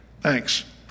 Thanks